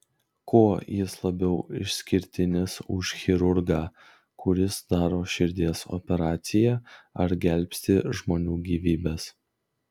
kuo jis labiau išskirtinis už chirurgą kuris daro širdies operaciją ar gelbsti žmonių gyvybes